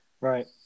Right